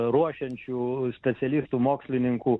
ruošiančių specialistų mokslininkų